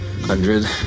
Hundred